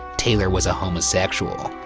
taylor was a homosexual.